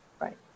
right